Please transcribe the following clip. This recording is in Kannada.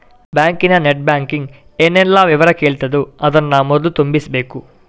ಬ್ಯಾಂಕಿನ ನೆಟ್ ಬ್ಯಾಂಕಿಂಗ್ ಏನೆಲ್ಲ ವಿವರ ಕೇಳ್ತದೋ ಅದನ್ನ ಮೊದ್ಲು ತುಂಬಿಸ್ಬೇಕು